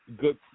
good